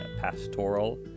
Pastoral